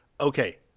Okay